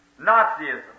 Nazism